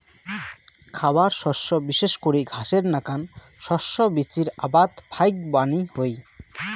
খাবার শস্য বিশেষ করি ঘাসের নাকান শস্য বীচির আবাদ ফাইকবানী হই